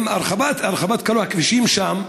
עם הרחבת כל הכבישים שם,